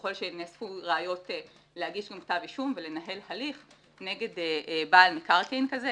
ככל שנאספו ראיות להגיש כתב אישום ולנהל הליך נגד בעל מקרקעין כזה,